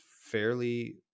fairly